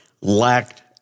lacked